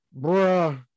bruh